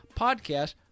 podcast